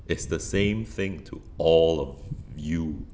it's the same thing to all of you